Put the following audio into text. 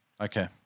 Okay